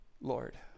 Lord